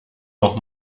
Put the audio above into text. noch